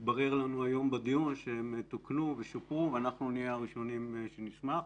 יתברר לנו היום בדיון שהם תוקנו ושופרו ואנחנו נהיה הראשונים שנשמח.